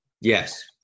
Yes